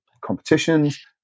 competitions